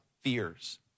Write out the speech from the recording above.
fears